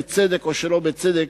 בצדק או שלא בצדק,